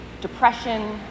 depression